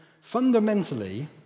fundamentally